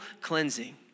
cleansing